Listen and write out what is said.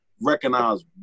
recognize